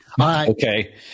Okay